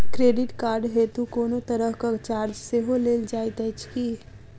Credit card हेतु कोनो तरहक चार्ज सेहो लेल जाइत अछि की?